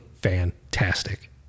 fantastic